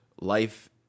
life